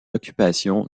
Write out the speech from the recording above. occupation